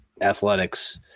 athletics